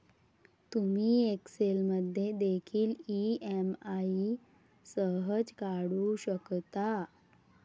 तुम्ही एक्सेल मध्ये देखील ई.एम.आई सहज काढू शकता